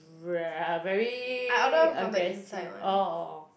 br~ very aggressive orh orh orh